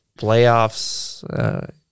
playoffs